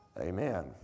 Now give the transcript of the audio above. Amen